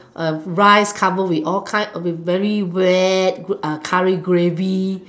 uh rice covered with all kind with very wet curry gravy